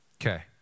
Okay